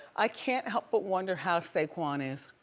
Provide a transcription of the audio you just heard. i can't help but wonder how saquon is,